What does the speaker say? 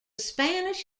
spanish